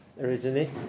originally